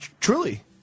Truly